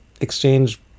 exchange